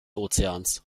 ozeans